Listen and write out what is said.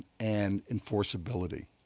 and enforceability.